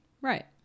Right